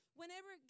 whenever